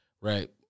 right